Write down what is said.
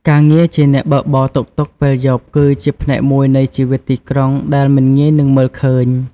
ការងារជាអ្នកបើកបរតុកតុកពេលយប់ គឺជាផ្នែកមួយនៃជីវិតទីក្រុងដែលមិនងាយនឹងមើលឃើញ។